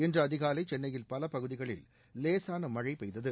இன்று அதிகாலை சென்னையின் பல பகுதிகளில் லேசான மழை பெய்தது